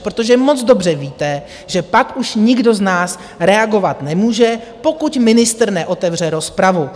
Protože moc dobře víte, že pak už nikdo z nás reagovat nemůže, pokud ministr neotevře rozpravu.